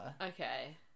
Okay